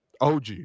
OG